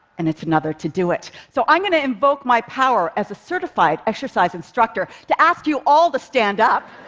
and it's another to do it. so i'm going to invoke my power as a certified exercise instructor, to ask you all to stand up.